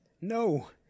No